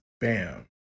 bam